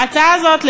ההצעה הזאת,